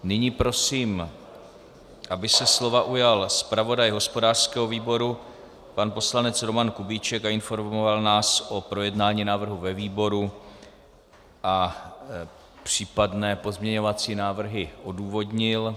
Nyní prosím, aby se slova ujal zpravodaj hospodářského výboru pan poslanec Roman Kubíček a informoval nás o projednání návrhu ve výboru a případné pozměňovací návrhy odůvodnil.